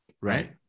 Right